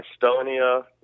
Estonia